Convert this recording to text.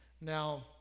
Now